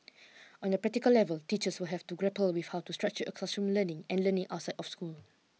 on a practical level teachers will have to grapple with how to structure classroom learning and learning outside of school